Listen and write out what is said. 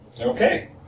Okay